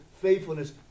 faithfulness